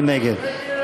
מי נגד?